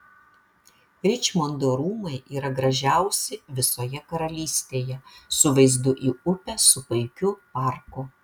ričmondo rūmai yra gražiausi visoje karalystėje su vaizdu į upę su puikiu parku